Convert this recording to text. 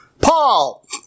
Paul